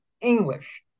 English